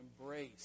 embrace